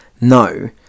no